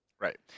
Right